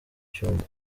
cyumba